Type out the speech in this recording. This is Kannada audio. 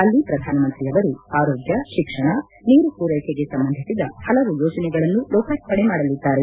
ಅಲ್ಲಿ ಪ್ರಧಾನಮಂತ್ರಿ ಅವರು ಆರೋಗ್ಡ ಶಿಕ್ಷಣ ನೀರು ಪೂರೈಕೆಗೆ ಸಂಬಂಧಿಸಿದ ಹಲವು ಯೋಜನೆಗಳನ್ನು ಲೋಕಾರ್ಪಣೆ ಮಾಡಲಿದ್ದಾರೆ